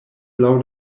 laŭ